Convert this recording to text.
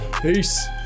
Peace